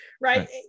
Right